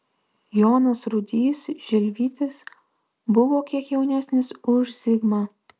jonas rudys žilvytis buvo kiek jaunesnis už zigmą